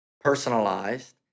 personalized